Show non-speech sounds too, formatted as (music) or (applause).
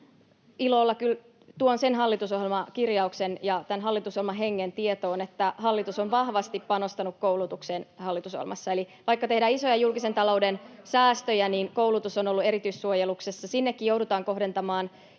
kyllä tuon sen hallitusohjelmakirjauksen ja tämän hallitusohjelman hengen tietoon, että hallitus on vahvasti panostanut koulutukseen hallitusohjelmassa. (noise) Eli vaikka tehdään isoja julkisen talouden säästöjä, niin koulutus on ollut erityissuojeluksessa. Sinnekin joudutaan kohdentamaan